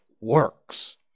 works